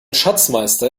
schatzmeister